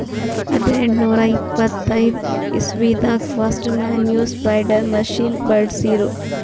ಹದ್ನೆಂಟನೂರಾ ಎಪ್ಪತೈದ್ ಇಸ್ವಿದಾಗ್ ಫಸ್ಟ್ ಮ್ಯಾನ್ಯೂರ್ ಸ್ಪ್ರೆಡರ್ ಮಷಿನ್ ಬಳ್ಸಿರು